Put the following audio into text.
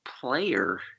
player